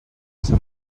sant